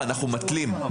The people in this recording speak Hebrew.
אנו מתלים.